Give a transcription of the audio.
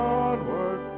onward